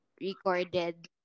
recorded